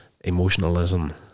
emotionalism